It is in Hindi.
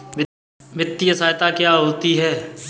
वित्तीय सहायता क्या होती है?